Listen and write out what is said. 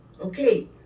Okay